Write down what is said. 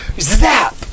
zap